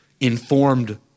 informed